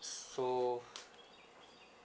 so